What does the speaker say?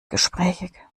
gesprächig